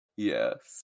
Yes